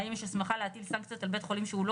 האם יש הסמכה להטיל סנקציות על בית חולים שלא